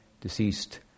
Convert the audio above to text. deceased